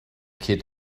kid